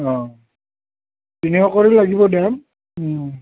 তিনিশ কৰি লাগিব দাম